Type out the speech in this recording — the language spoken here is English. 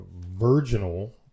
virginal